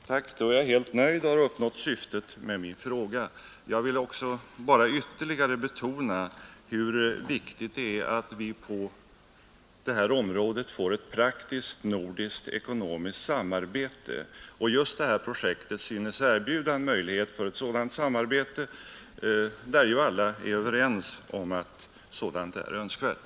Herr talman! Tack — då är jag helt nöjd och har uppnått syftet med min fråga. Jag vill bara ytterligare betona hur viktigt det är att vi på detta område får ett praktiskt nordiskt ekonomiskt samarbete. Just detta projekt synes erbjuda en möjlighet för ett sådant samarbete som ju alla brukar framhålla såsom önskvärt.